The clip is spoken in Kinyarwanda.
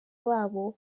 babo